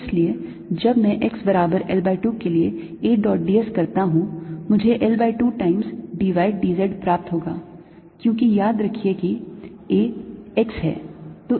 इसलिए जब मैं xबराबर L by 2 के लिए A dot d s करता हूं मुझे L by 2 times d y d z प्राप्त होगा क्योंकि याद रखिए कि A x है